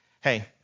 Hey